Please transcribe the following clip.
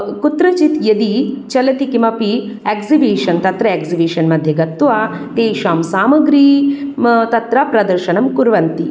कुत्रचित् यदि चलति किमपि एक्जिबिशन् तत्र एक्जिबिशन् मध्ये गत्वा तेषां सामग्रि तत्र प्रदर्शनं कुर्वन्ति